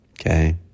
okay